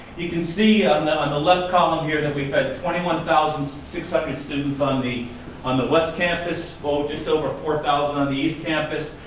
you can see on the on the left column here that we've had twenty one thousand six hundred students on the on the west campus, just over four thousand on the east campus,